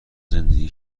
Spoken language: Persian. زندگی